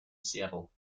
seattle